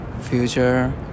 future